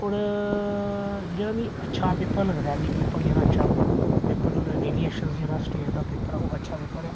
होर जेह्ड़ा मिगी अच्छा पेपर लगदा ऐ मिगी पेपर जेह्ड़ा अच्छा ओह् ऐ पेपर डेली ऐक्सलसर जेह्ड़ा स्टेट दा पेपर ऐ ओह् अच्छा पेपर ऐ